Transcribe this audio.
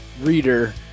reader